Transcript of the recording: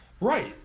Right